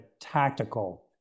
tactical